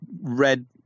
red